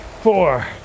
Four